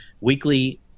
weekly